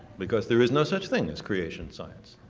because there is no such thing as creation science.